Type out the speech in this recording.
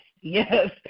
yes